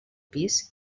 pis